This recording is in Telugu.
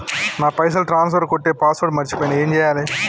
నా పైసల్ ట్రాన్స్ఫర్ కొట్టే పాస్వర్డ్ మర్చిపోయిన ఏం చేయాలి?